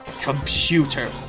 Computer